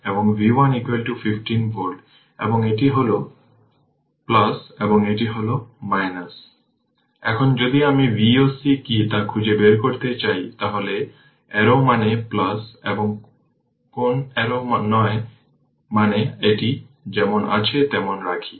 এবং v 1 15 volt এবং এটি হল এবং এটি হল এখন যদি আমি V o c কি তা খুঁজে বের করতে চাই তাহলে অ্যারো মানে এবং কোন অ্যারো নয় মানে আমি এটি যেমন আছে তেমন রাখি